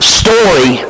story